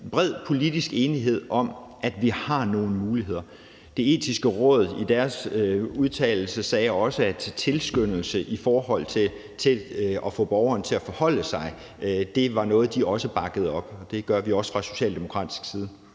bred politisk enighed om, at vi har nogle muligheder. Det Etiske Råd sagde i deres udtalelse også, at tilskyndelse i forhold til at få borgerne til at forholde sig til det var noget, de også bakkede op om, og det gør vi også fra socialdemokratisk side.